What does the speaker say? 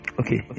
okay